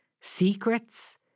secrets